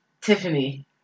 Tiffany